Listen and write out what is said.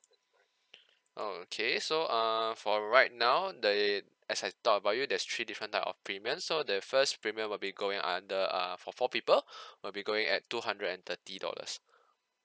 oh okay so err for right now there're as I talk about it there's three different type of premium so the first premium will be going under uh for four people will be going at two hundred and thirty dollars